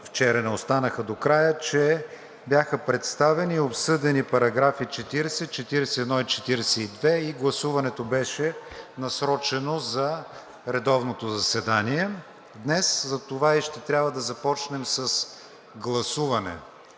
вчера не останаха до края, че бяха представени и обсъдени параграфи 40, 41 и 42 и гласуването беше насрочено за редовното заседание днес, затова и ще трябва да започнем с гласуване